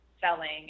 selling